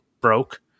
broke